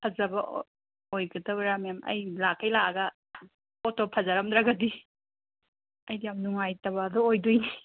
ꯐꯖꯕ ꯑꯣꯏꯒꯗꯕ꯭ꯔ ꯃꯦꯝ ꯑꯩ ꯂꯥꯛꯈꯩ ꯂꯥꯛꯑꯒ ꯄꯣꯠꯇꯣ ꯐꯖꯔꯝꯗ꯭ꯔꯒꯗꯤ ꯑꯩꯗꯤ ꯌꯥꯝ ꯅꯨꯡꯉꯥꯏꯇꯕ ꯑꯗꯣ ꯑꯣꯏꯗꯣꯏꯅꯤ